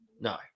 No